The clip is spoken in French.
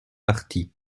partis